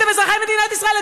אתם אזרחי מדינת ישראל,